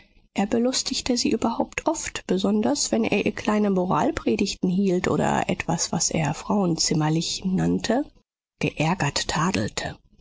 er belustigte sie überhaupt oft besonders wenn er ihr kleine moralpredigten hielt oder etwas was er frauenzimmerlich nannte geärgert tadelte